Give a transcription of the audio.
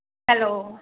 hello